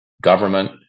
government